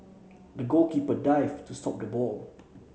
the goalkeeper dived to stop the ball